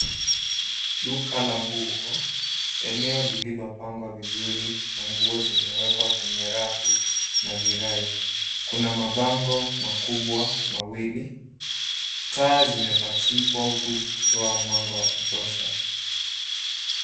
Duka la nguo. Eneo lililopangwa vizuri na nguo zimewekwa kwenye rafu na virai. Kuna mabango makubwa mawili. Taa zimepachikwa huku zikitoa mwanga wa kutosha.